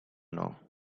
know